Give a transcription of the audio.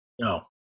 No